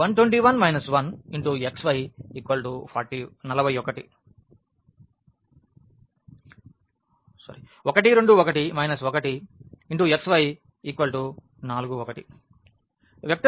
1 2 1 1 x y 4 1 vector యొక్క తెలియని x మరియు y